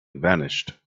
vanished